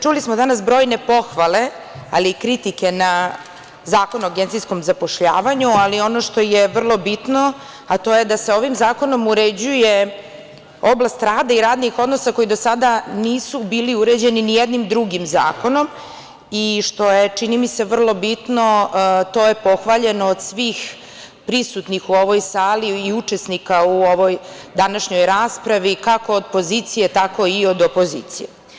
Čuli smo danas brojne pohvale, ali i kritike na Zakon o agencijskom zapošljavanju, ali ono što je vrlo bitno to je da se ovim zakonom uređuje oblast rada i radnih odnosa koji do sada nisu bili uređeni ni jednim drugim zakonom i što je, čini mi se, vrlo bitno, to je pohvaljeno od svih prisutnih u ovoj sali i učesnika u ovoj današnjoj raspravi kako od pozicije, tako i od opozicije.